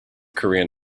korean